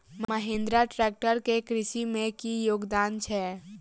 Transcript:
Mahindra tractor केँ कृषि मे की योगदान छै?